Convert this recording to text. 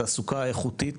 התעסוקה האיכותית,